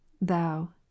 Thou